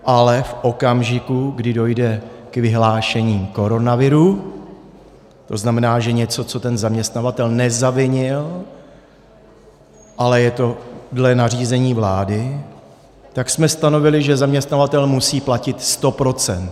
Ale v okamžiku, kdy dojde k vyhlášení koronaviru, to znamená něco, co ten zaměstnavatel nezavinil, ale je to dle nařízení vlády, tak jsme stanovili, že zaměstnavatel musí platit 100 %.